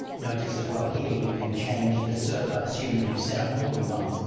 notice as well here you can change the server, assuming you've set up more than one.